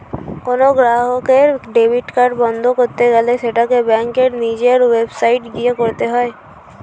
কোনো গ্রাহকের debit card বন্ধ করতে গেলে সেটাকে ব্যাঙ্কের নিজের ওয়েবসাইটে গিয়ে করতে হয়ে